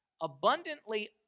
Abundantly